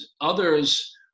Others